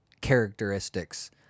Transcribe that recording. characteristics